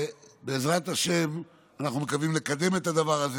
בעזרת השם, אנחנו מקווים לקדם את הדבר הזה.